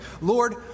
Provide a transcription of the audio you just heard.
Lord